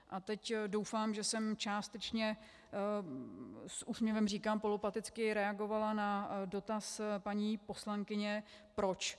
A teď doufám, že jsem částečně s úsměvem říkám polopaticky reagovala na dotaz paní poslankyně proč.